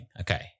Okay